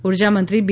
ઉર્જા મંત્રી બી